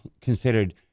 considered